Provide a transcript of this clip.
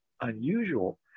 unusual